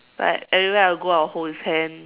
like everywhere I go I will hold his hand